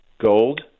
gold